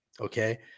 Okay